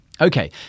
Okay